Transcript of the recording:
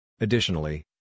Additionally